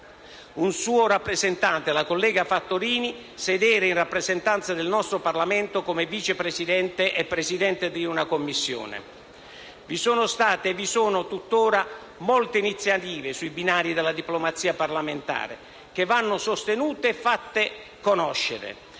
un suo rappresentante, la collega Fattorini, sedere in rappresentanza del nostro Parlamento come vice Presidente e Presidente di una Commissione. Vi sono state e vi sono tuttora molte iniziative sui binari della diplomazia parlamentare, che vanno sostenute e fatte conoscere.